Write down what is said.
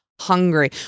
hungry